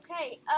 okay